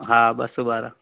हा ॿ सौ ॿारहां